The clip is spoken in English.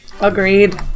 Agreed